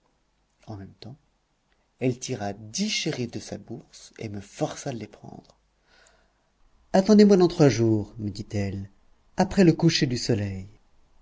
en même temps elle tira dix scherifs de sa bourse et me força de les prendre attendezmoi dans trois jours me dit-elle après le coucher du soleil